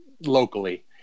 locally